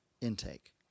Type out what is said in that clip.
intake